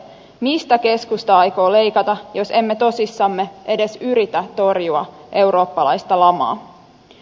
mistä keskusta aikoo leikata jos emme tosissamme edes yritä torjua eurooppalaista lamaa